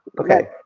okay,